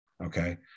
okay